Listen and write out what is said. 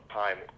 time